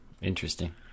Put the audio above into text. Interesting